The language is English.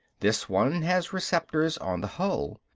this one has receptors on the hull.